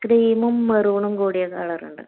ക്രീമും മെറൂണും കൂടിയ കളറുണ്ട്